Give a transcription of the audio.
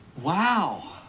Wow